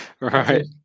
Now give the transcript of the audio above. Right